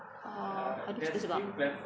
uh what's this about